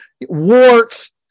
warts